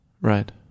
Right